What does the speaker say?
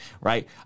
right